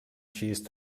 cheese